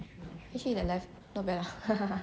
actually that life not bad lah